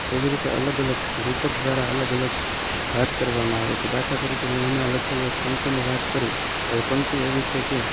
એવી રીતે રૂપક દ્વારા અલગ અલગ વાત કરવામાં આવે છે દાખલા તરીકે મેં હમણાં લખેલી એક પંક્તિની વાત કરું તો એ પંક્તિ એવી છે કે